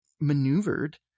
maneuvered